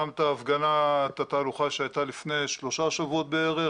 גם התהלוכה שהייתה לפני שלושה שבועות בערך,